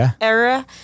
era